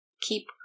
keep